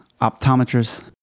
optometrists